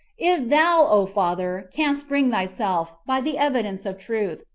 if thou, o father, canst bring thyself, by the evidence of truth,